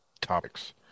topics